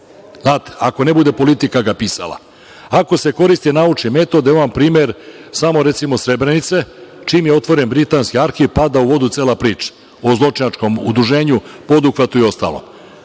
metod, ako ga ne bude politika pisala. Ako se koristi naučni metod, evo vam primer, samo recimo Srebrenice. Čim je otvoren britanski arhiv, pada u vodu cela priča o zločinačkom udruženju, poduhvatu i ostalom.